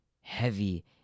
heavy